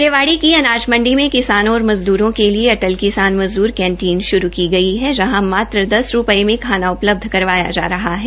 रेवाड़ी की अनाज मंडी में किसानों और मजद्रों के लिये अटल किसान मजद्र कैंटीन शुरू की गई है जहां मात्र दस रुपये में खाना उपलब्ध करवाया जा रहा है